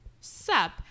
Sup